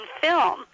film